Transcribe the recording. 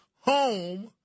home